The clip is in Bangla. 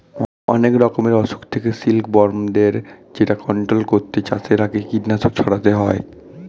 অনেক রকমের অসুখ থেকে সিল্ক বর্মদের যেটা কন্ট্রোল করতে চাষের আগে কীটনাশক ছড়াতে হয়